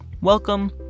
Welcome